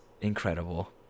incredible